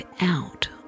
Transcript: out